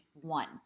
one